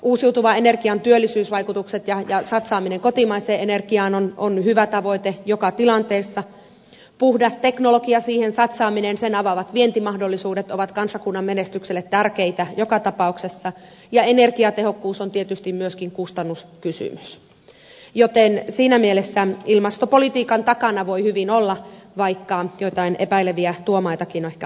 uusiutuvan energian työllisyysvaikutukset ja satsaaminen kotimaiseen energiaan ovat hyviä tavoitteita joka tilanteessa puhtaaseen teknologiaan satsaaminen ja sen avaamat vientimahdollisuudet ovat kansakunnan menestykselle tärkeitä joka tapauksessa ja energiatehokkuus on tietysti myöskin kustannuskysymys joten siinä mielessä ilmastopolitiikan takana voi hyvin olla vaikka joitain epäileviä tuomaitakin on ehkä olemassa